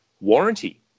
warranty